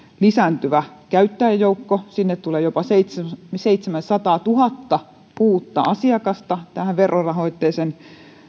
lisääntyvä käyttäjäjoukko jopa seitsemänsataatuhatta uutta asiakasta tulee verorahoitteisen